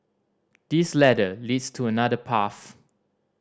this ladder leads to another path